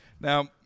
Now